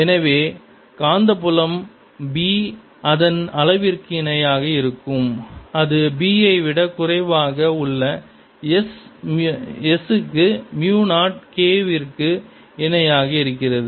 எனவே காந்த புலம் B அதன் அளவிற்கு இணையாக இருக்கும் அது B ஐ விட குறைவாக உள்ள S க்கு மியூ 0 K விற்கு இணையாக இருக்கிறது